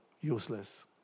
useless